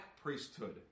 priesthood